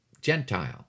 Gentile